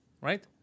right